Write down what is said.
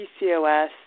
PCOS